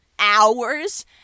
Hours